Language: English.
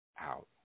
out